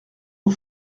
aux